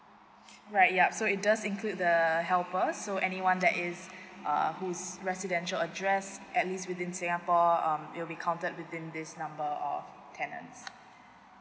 right yup so it does include the helper so anyone that is err who is residential address at least within singapore um it will be counted within this number of tenants